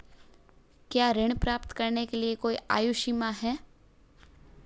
क्या ऋण प्राप्त करने के लिए कोई आयु सीमा है?